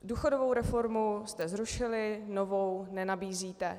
Důchodovou reformu jste zrušili, novou nenabízíte.